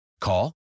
Call